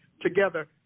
together